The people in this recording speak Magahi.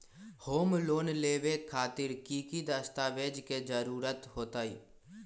होम लोन लेबे खातिर की की दस्तावेज के जरूरत होतई?